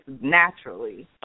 naturally